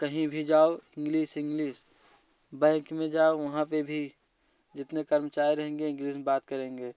कहीं भी जाओ इंग्लिश इंग्लिश बैंक में जाओ वहाँ पर भी जितने कर्मचारी रहेंगे इंग्लिश में बात करेंगे